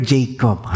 Jacob